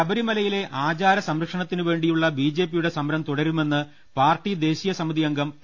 ശബരിമലയിലെ ആചാരസംരക്ഷണത്തിനുവേണ്ടിയുള്ള ബിജെപി യുടെ സമരം തുടരുമെന്ന് പാർട്ടി ദേശീയ സമിതി അംഗം പി